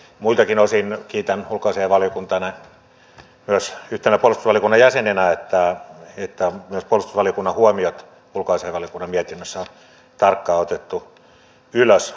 muiltakin osin kiitän ulkoasiainvaliokuntaa myös yhtenä puolustusvaliokunnan jäsenenä että myös puolustusvaliokunnan huomiot ulkoasiainvaliokunnan mietinnössä on tarkkaan otettu ylös